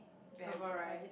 a variety